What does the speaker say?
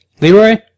Leroy